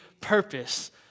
purpose